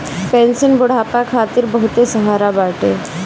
pension बुढ़ापा खातिर बहुते सहारा बाटे